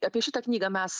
apie šitą knygą mes